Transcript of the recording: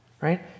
Right